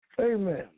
Amen